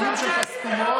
המילים שלך סתומות,